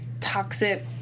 toxic